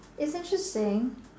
isn't she saying